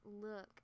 look